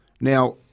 Now